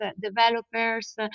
developers